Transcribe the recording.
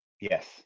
yes